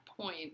point